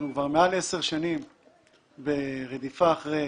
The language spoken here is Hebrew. אנחנו כבר יותר מעשר שנים ברדיפה אחרי